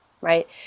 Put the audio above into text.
right